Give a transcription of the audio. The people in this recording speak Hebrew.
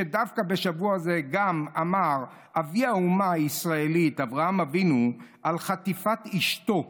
שדווקא בשבוע הזה אמר אבי האומה הישראלית אברהם אבינו על חטיפת אשתו,